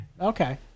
Okay